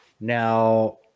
Now